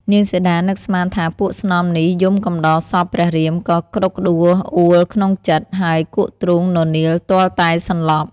នាងសីតានឹកស្នាថាពួកស្នំនេះយំកំដរសពព្រះរាមក៏ក្តុកក្តួលអូលក្នុងចិត្ត ហើយគក់ទ្រូងននៀលទាល់តែសន្លប់។